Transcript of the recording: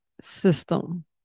system